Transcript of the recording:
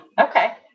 Okay